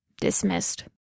Dismissed